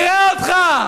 נראה אותך.